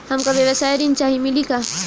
हमका व्यवसाय ऋण चाही मिली का?